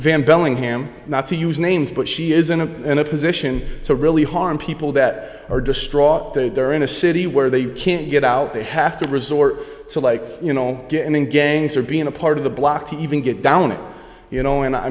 van bellingham not to use names but she is in a in a position to really harm people that are distraught that they're in a city where they can't get out they have to resort to like you know getting in gangs or being a part of the block to even get down you know and i